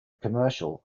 commercial